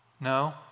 no